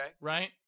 Right